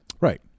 Right